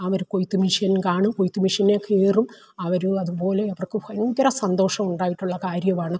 അവര് കൊയ്ത്ത് മിഷ്യൻ കാണും കൊയ്ത്ത് മിഷ്യനിൽ കയറും അവര് അതുപോലെ അവർക്ക് ഭയങ്കര സന്തോഷം ഉണ്ടായിട്ടുള്ള കാര്യവാണ്